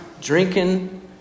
drinking